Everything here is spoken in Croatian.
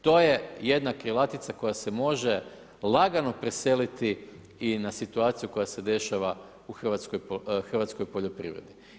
To je jedna krilatica koja se može lagano preseliti i na situaciju koja se dešava u hrvatskoj poljoprivredi.